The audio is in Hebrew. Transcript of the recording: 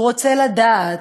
הוא רוצה לדעת,